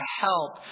help